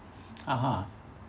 (uh huh)